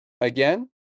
Again